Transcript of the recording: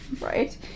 Right